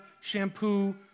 shampoo